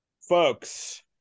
Folks